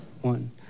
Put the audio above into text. One